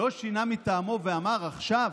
לא שינה מטעמו ואמר: עכשיו,